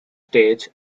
stage